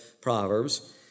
Proverbs